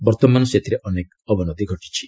ବର୍ତ୍ତମାନ ସେଥିରେ ଅନେକ ଅବନତି ଘଟିଛି